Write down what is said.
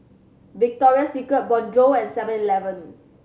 Victoria Secret Bonjour and Seven Eleven